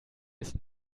ist